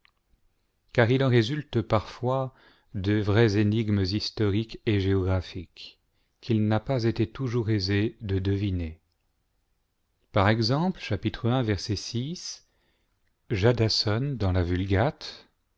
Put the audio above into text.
car il en résulte parfois de vraies énigmes historiques et géographiques qu'il n'a pas été toujours aisé de deviner par exemple jadason dans la vulgate